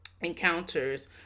encounters